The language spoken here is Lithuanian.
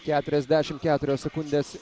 keturiadešimt keturios sekundes